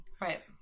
Right